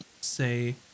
say